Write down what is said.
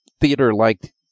theater-like